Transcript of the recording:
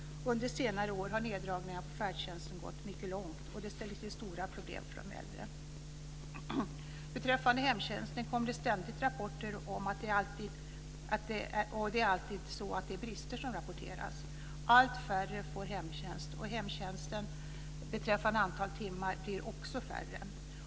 Under senare år har neddragningarna på färdtjänsten gått mycket långt. Det ställer till stora problem för många äldre. Beträffande hemtjänsten kommer det ständigt rapporter, och det är alltid brister som rapporteras. Allt färre får hemtjänst och antalet hemtjänsttimmar blir också färre.